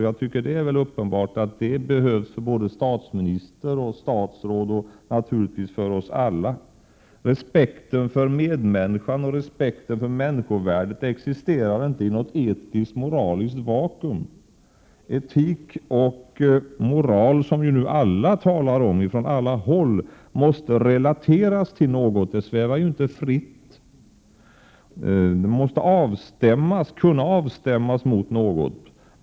Jag tycker att det är uppenbart att det behövs för både statsminister och statsråd och naturligtvis för oss alla. Respekten för människan och respekten för människovärdet existerar inte i något etisktmoraliskt vakuum. Etik och moral, som ju nu alla talar om, måste relateras till något — dessa begrepp svävar inte fritt. De måste kunna avstämmas mot något.